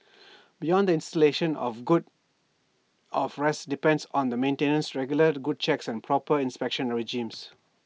beyond the installation of good of rest depends on the maintenance regular good checks and proper inspection regimes